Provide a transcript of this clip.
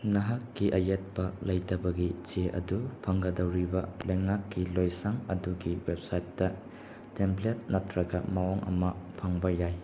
ꯅꯍꯥꯛꯀꯤ ꯑꯌꯦꯠꯄ ꯂꯩꯇꯕꯒꯤ ꯆꯦ ꯑꯗꯨ ꯐꯪꯒꯗꯧꯔꯤꯕ ꯂꯩꯉꯥꯛꯀꯤ ꯂꯣꯏꯁꯪ ꯑꯗꯨꯒꯤ ꯋꯦꯞꯁꯥꯏꯠꯇ ꯇꯦꯝꯄ꯭ꯂꯦꯠ ꯅꯠꯇ꯭ꯔꯒ ꯃꯑꯣꯡ ꯑꯃ ꯐꯪꯕ ꯌꯥꯏ